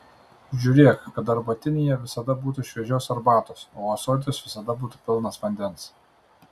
žiūrėk kad arbatinyje visada būtų šviežios arbatos o ąsotis visada būtų pilnas vandens